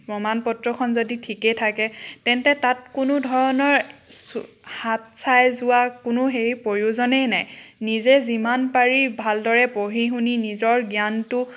প্ৰমাণপত্ৰখন যদি ঠিকে থাকে তেন্তে তাত কোনোধৰণৰ চু হাত চাই যোৱা কোনো হেৰি প্ৰয়োজনেই নাই নিজে যিমান পাৰি ভালদৰে পঢ়ি শুনি নিজৰ জ্ঞানটো